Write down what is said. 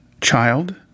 child